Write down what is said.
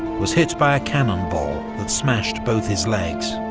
was hit by a cannonball that smashed both his legs.